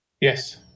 Yes